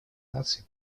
наций